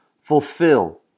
fulfill